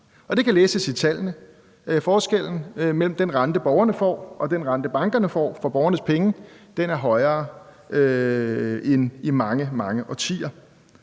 Det kan læses i tallene: Forskellen mellem den rente, borgerne får, og så den rente, bankerne får for borgernes penge, er højere end i mange, mange årtier.